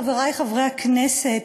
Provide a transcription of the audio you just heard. חברי חברי הכנסת,